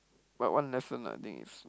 my one lesson I think is